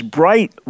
bright